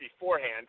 beforehand